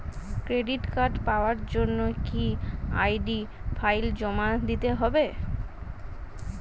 Credit card পাওয়ার জন্য কি আই.ডি ফাইল জমা দিতে হবে?